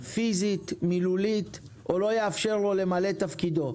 בנהג פיזית או מילולית או לא יאפשר לו למלא את תפקידו.